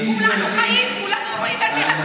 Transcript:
כולנו חיים, כולנו רואים, תמתיני, גברתי.